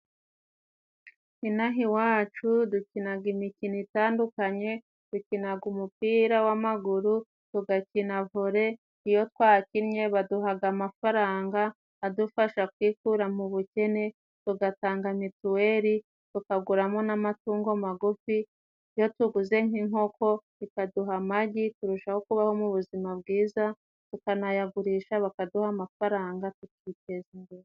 Inaha iwacu dukinaga imikino itandukanye. Dukinaga umupira w'amaguru, tugakina vole. Iyo twakinnye baduhaga amafaranga adufasha kwikura mu bukene, tugatanga mituweli, tukaguramo n'amatungo magufi. Iyo tuguze nk'inkoko ikaduha amagi turushaho kubaho mu buzima bwiza, bakaduha amafaranga tukiteza imbere.